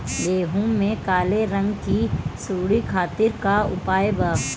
गेहूँ में काले रंग की सूड़ी खातिर का उपाय बा?